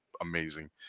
amazing